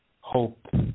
Hope